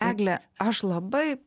egle aš labai